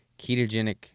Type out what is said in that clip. ketogenic